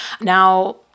now